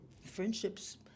friendships